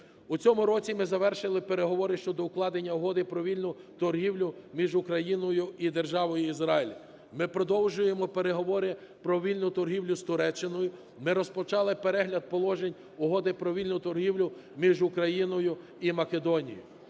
У цьому році ми завершили переговори щодо укладення Угоди про вільну торгівлю між Україною і державою Ізраїль. Ми продовжуємо переговори про вільну торгівлю з Туреччиною, ми розпочали перегляд положень Угоди про вільну торгівлю між Україною і Македонією.